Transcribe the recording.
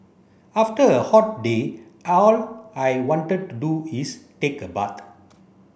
after a hot day all I wanted to do is take a bath